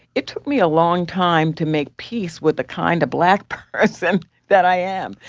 it took me a long time to make peace with the kind of black person that i am.